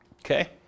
Okay